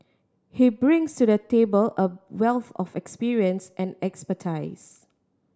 he brings to the table a wealth of experience and expertise